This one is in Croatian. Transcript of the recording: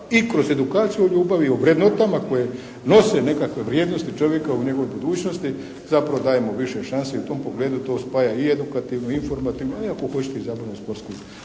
i kroz edukaciju ljubavi, u vrednotama koje nose nekakve vrijednosti čovjeka u njegovoj budućnosti zapravo daje mu više šanse i u tom pogledu to spaja i edukativno i informativno, a ako hoćete i …/Govornik